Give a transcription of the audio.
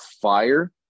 fire